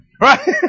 right